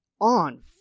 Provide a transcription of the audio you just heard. on